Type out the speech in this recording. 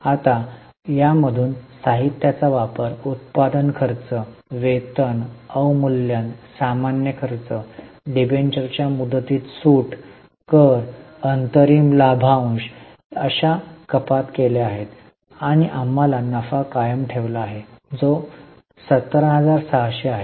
आता यामधून साहित्याचा वापर उत्पादन खर्च वेतन अवमूल्यन सामान्य खर्च डिबेंचरच्या मुदतीत सूट कर अंतरिम लाभांश अशा कपात केल्या आहेत आणि आम्हाला नफा कायम ठेवला आहे जो 17600 आहे